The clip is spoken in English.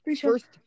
first